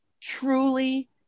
truly